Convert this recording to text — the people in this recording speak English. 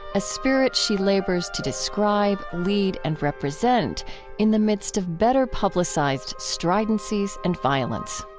a spirit she labors to describe, lead, and represent in the midst of better-publicized stridencies and violence.